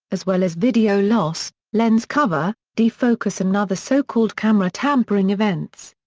as well as video loss, lens cover, defocuss and other so called camera tampering events.